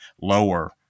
lower